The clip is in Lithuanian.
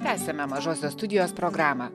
tęsiame mažosios studijos programą